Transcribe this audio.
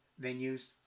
venues